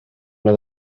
oedd